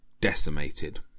decimated